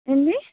ఏంటి